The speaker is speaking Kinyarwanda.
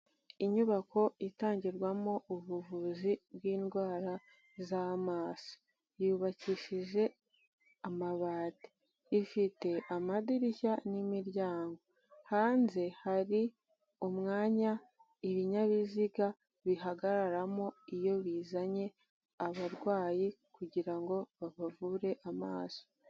Inyubako itangirwamo ubuvuzi bw'indwara z'amaso yubakishije amabati, ifite amadirishya n'imiryango, hanze hari umwanya ibinyabiziga bihagaramo, iyo bizanye abarwayi kugira ngo babavure amaso.